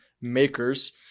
makers